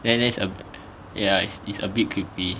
then there's a ya it's it's a bit creepy